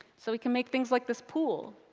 so we can make things like this pool.